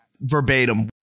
Verbatim